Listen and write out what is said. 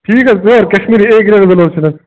ٹھیٖک حظ sir Kashmiri A grade سر حظ